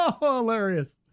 Hilarious